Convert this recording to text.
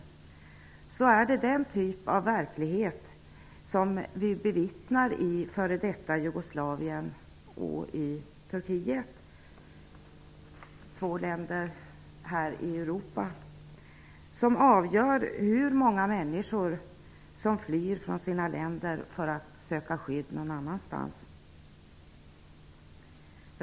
Men det är den typ av grym verklighet som vi bevittnar i f.d. Jugoslavien och Turkiet som avgör hur många människor som flyr från sina länder för att söka skydd någon annanstans.